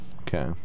Okay